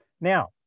Now